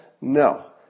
No